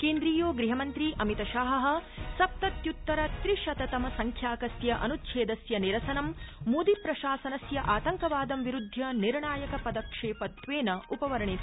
केन्द्रीयो गृहमन्त्री अमितशाह सप्तत्युत्तर त्रिशत तम संख्याकस्य अन्च्छेदस्य निरसनं मोदीप्रशासनस्य आतंकवादं विरूद्धय निर्णायक पदक्षेपत्वेनोपवर्णित